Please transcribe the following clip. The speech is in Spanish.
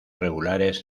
regulares